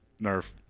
Nerf